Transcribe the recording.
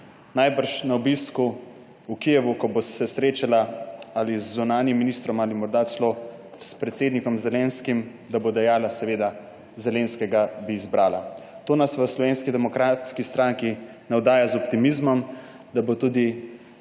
Najbrž bo na obisku v Kijevu, ko se bo srečala ali z zunanjim ministrom ali morda celo s predsednikom Zelenskim, dejala, seveda, Zelenskega bi izbrala. To nas v Slovenski demokratski stranki navdaja z optimizmom, da bo tudi